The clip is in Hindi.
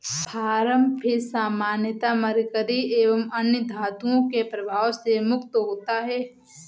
फार्म फिश सामान्यतः मरकरी एवं अन्य धातुओं के प्रभाव से मुक्त होता है